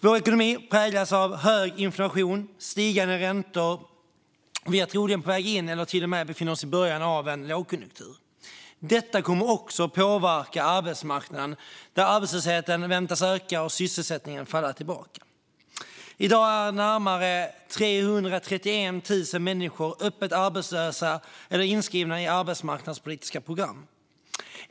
Vår ekonomi präglas av hög inflation och stigande räntor, och vi är troligen på väg in i eller till och med befinner oss i början av en lågkonjunktur. Detta kommer också att påverka arbetsmarknaden, där arbetslösheten väntas öka och sysselsättningen falla tillbaka. I dag är närmare 331 000 människor öppet arbetslösa eller inskrivna i arbetsmarknadspolitiska program.